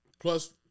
plus